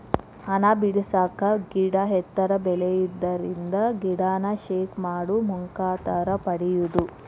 ಹಣ್ಣ ಬಿಡಸಾಕ ಗಿಡಾ ಎತ್ತರ ಬೆಳಿಯುದರಿಂದ ಗಿಡಾನ ಶೇಕ್ ಮಾಡು ಮುಖಾಂತರ ಪಡಿಯುದು